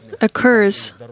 occurs